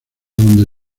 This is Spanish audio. donde